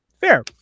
Fair